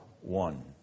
one